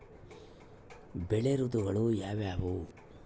ಬೆಳೆ ಋತುಗಳು ಯಾವ್ಯಾವು?